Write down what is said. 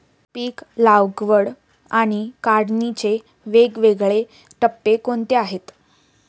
पीक लागवड आणि काढणीचे वेगवेगळे टप्पे कोणते आहेत?